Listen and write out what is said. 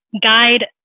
guide